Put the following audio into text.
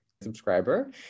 subscriber